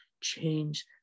change